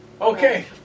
Okay